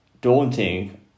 daunting